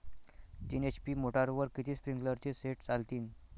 तीन एच.पी मोटरवर किती स्प्रिंकलरचे सेट चालतीन?